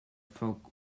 folk